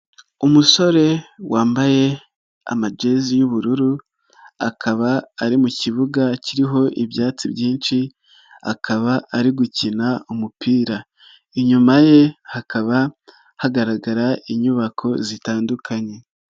Umusore wambaye amajezi y'ubururu, akaba ari mu kibuga kiriho ibyatsi byinshi akaba ari gukina umupira, inyuma ye hakaba hagaragara inyubako zitandukanye.